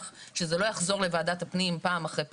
שזה לא יחזור לוועדת הפנים פעם אחרי פעם.